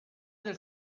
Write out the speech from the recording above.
del